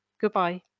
Goodbye